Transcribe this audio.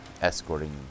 escorting